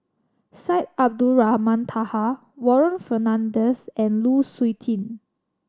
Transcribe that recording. Syed Abdulrahman Taha Warren Fernandez and Lu Suitin